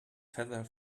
feather